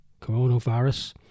coronavirus